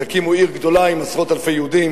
תקימו עיר גדולה עם עשרות אלפי יהודים,